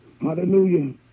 hallelujah